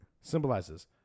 Symbolizes